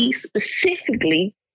specifically